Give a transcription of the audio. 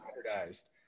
standardized